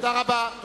תודה רבה.